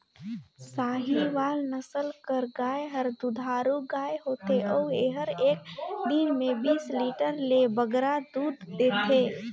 साहीवाल नसल कर गाय हर दुधारू गाय होथे अउ एहर एक दिन में बीस लीटर ले बगरा दूद देथे